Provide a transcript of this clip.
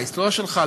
להיסטוריה שלך,